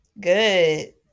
good